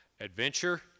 adventure